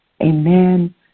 Amen